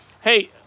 Hey